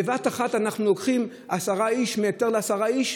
בבת אחת אנחנו לוקחים יותר מעשרה אנשים,